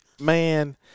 Man